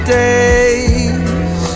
days